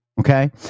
Okay